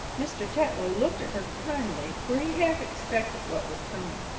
mr. tetlow looked at her kindly, for he half expected what was coming.